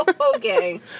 Okay